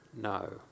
No